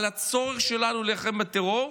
על הצורך שלנו להילחם בטרור.